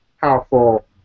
powerful